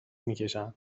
میکشند